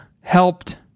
helped